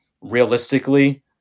realistically